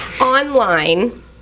Online